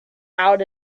out